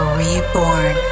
reborn